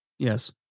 Yes